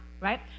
right